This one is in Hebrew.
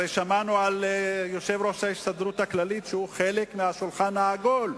הרי שמענו על יושב-ראש ההסתדרות הכללית שהוא חלק מהשולחן העגול.